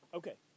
okay